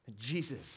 Jesus